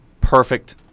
perfect